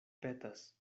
petas